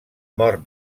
mort